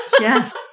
Yes